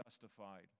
justified